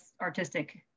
artistic